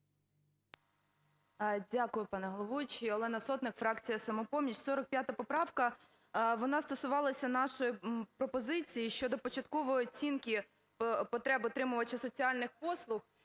Дякую, пане головуючий. Олена Сотник, фракція "Самопоміч". 45 поправка, вона стосувалася нашої пропозиції щодо початкової оцінки потреб отримувача соціальних послуг.